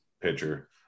pitcher